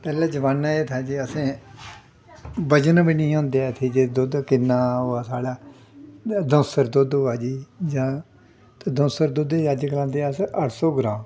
पैह्ले जमान्ने एह् था जे असें बजन बी निं होंदे ऐ थे जे दुद्ध किन्ना होआ साढ़े द'ऊं सर दुद्ध होआ जी जां ते द'ऊं सर दुद्ध गी अजकल्ल ते अस अट्ठ सौ ग्राम